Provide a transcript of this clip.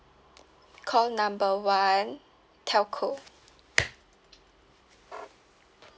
call number one telco